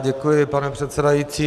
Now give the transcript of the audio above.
Děkuji, pane předsedající.